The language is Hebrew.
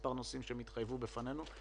במספר נושאים שהם התחייבו בפנינו.